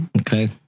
Okay